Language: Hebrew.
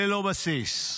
ללא בסיס.